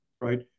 right